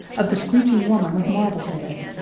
of the screeching woman of marblehead,